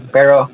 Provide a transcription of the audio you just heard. Pero